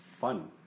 fun